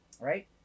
right